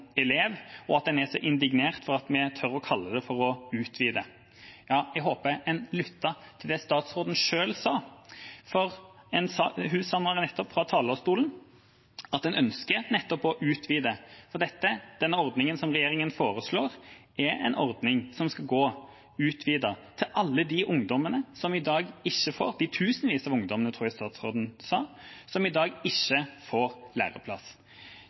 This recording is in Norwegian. elev, og at en er så indignert for at vi tør å kalle det for å utvide. Ja, jeg håper en lytter til det statsråden selv sa, for hun sa nå fra talerstolen at en ønsker nettopp å utvide på dette. Den ordningen regjeringa foreslår, er en ordning som skal gå, utvidet, til alle de ungdommene – de tusenvis av ungdommene, tror jeg statsråden sa – som i dag ikke får læreplass.